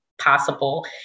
possible